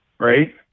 Right